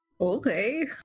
Okay